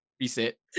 Reset